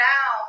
Now